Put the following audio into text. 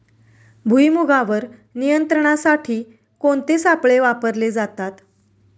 भुईमुगावर नियंत्रणासाठी कोणते सापळे वापरले जातात?